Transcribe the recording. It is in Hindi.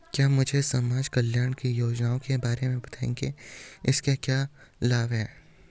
क्या मुझे समाज कल्याण की योजनाओं के बारे में बताएँगे इसके क्या लाभ हैं?